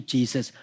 Jesus